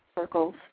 circles